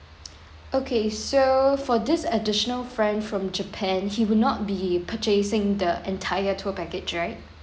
okay so for this additional friend from japan he would not be purchasing the entire tour package right